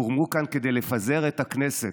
הורמו כאן כדי לפזר את הכנסת.